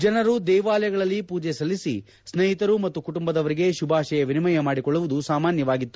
ಜನರು ದೇವಾಲಯಗಳಲ್ಲಿ ಪೂಜೆ ಸಲ್ಲಿಸಿ ಸ್ನೇಹಿತರು ಮತ್ತು ಕುಟುಂಬದವರಿಗೆ ಶುಭಾಶಯ ವಿನಿಮಯ ಮಾಡಿಕೊಳ್ಳುವುದು ಸಾಮಾನ್ಯವಾಗಿತ್ತು